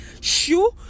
shoo